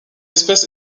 espèce